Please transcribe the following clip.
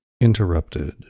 Interrupted